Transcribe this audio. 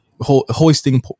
hoisting